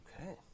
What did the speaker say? Okay